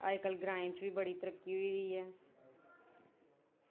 अज्जकल ग्राएं च बी बड़ी तरक्की होई दी ऐ